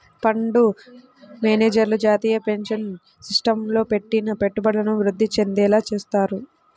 fund మేనేజర్లు జాతీయ pension సిస్టమ్లో పెట్టిన పెట్టుబడులను వృద్ధి చెందేలా చూత్తారు